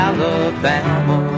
Alabama